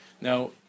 Now